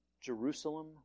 Jerusalem